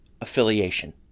affiliation